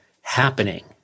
happening